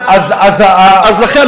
אז לכן,